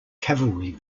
cavalry